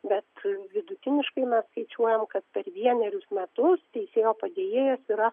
bet vidutiniškai mes skaičiuojam kad per vienerius metus teisėjo padėjėjas yra